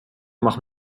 macht